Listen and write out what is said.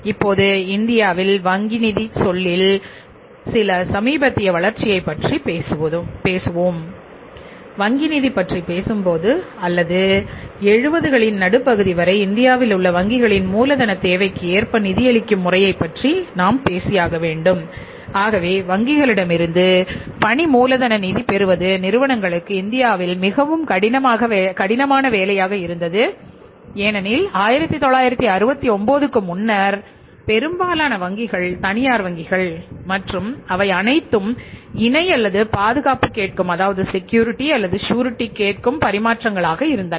இப்போது இந்தியாவில் வங்கி நிதிச் சொல்லில் சில சமீபத்திய வளர்ச்சியைப் பற்றி பேசுவோம் வங்கி நிதி பற்றி பேசும்போது அல்லது 70 களின் நடுப்பகுதி வரை இந்தியாவில் உள்ள வங்கிகளின் மூலதனத் தேவைக்கு ஏற்ப நிதியளிக்கும் முறையைப் பற்றி பேச வேண்டும் ஆகவே வங்கிகளிடமிருந்து பணி மூலதன நிதி பெறுவது நிறுவனங்களுக்கு இந்தியாவில் மிகவும் கடினமான வேலையாக இருந்தது ஏனெனில் 1969 க்கு முன்னர் பெரும்பாலான வங்கிகள் தனியார் வங்கிகள் மற்றும் அவை அனைத்தும் இணை அல்லது பாதுகாப்பு கேட்கும் பரிமாற்றங்களாக இருந்தன